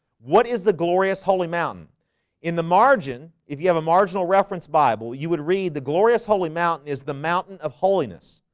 what is the glorious? holy mountain in the margin if you have a marginal reference bible, you would read the glorious holy mountain is the mountain of holiness.